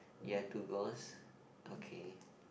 ya two girls okay